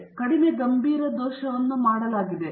ಆದ್ದರಿಂದ ಕಡಿಮೆ ಗಂಭೀರ ದೋಷವನ್ನು ಮಾಡಲಾಗಿದೆ